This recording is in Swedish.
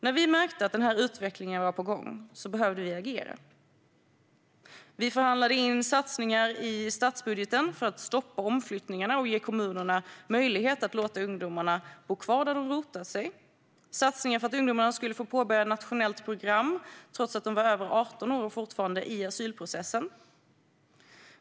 När vi märkte att den här utvecklingen var på gång behövde vi agera. Vi förhandlade in satsningar i statsbudgeten för att stoppa omflyttningarna och ge kommunerna möjlighet att låta ungdomarna bo kvar där de rotat sig, liksom satsningar för att ungdomarna skulle få påbörja ett nationellt program trots att de var över 18 år och fortfarande befann sig i asylprocessen.